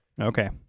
Okay